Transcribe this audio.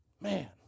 Man